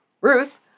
Ruth